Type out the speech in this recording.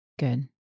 Good